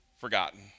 forgotten